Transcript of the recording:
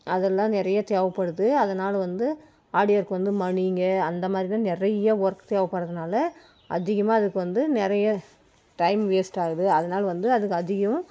அதெல்லாம் நிறையா தேவைப்படுது அதனாலே வந்து ஆரி ஒர்க் வந்து மணிங்க அந்த மாதிரி தான் நிறைய ஒர்க் தேவைப்படுறதுனால அதிகமாக அதுக்கு வந்து நிறையா டைம் வேஸ்ட் ஆகுது அதனால் வந்து அதுக்கு அதிகமாக